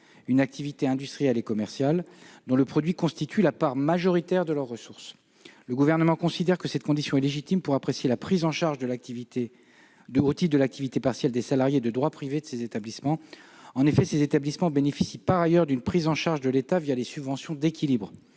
une activité dont le produit constitue la part majoritaire de leurs ressources. Le Gouvernement considère que cette condition est légitime pour apprécier la prise en charge au titre de l'activité partielle des salariés de droit privé de ces établissements, dans la mesure où ceux-ci bénéficient par ailleurs d'une prise en charge de l'État les subventions d'équilibre